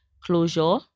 closure